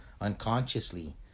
unconsciously